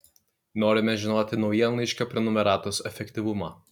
norime žinoti naujienlaiškio prenumeratos efektyvumą